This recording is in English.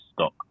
stock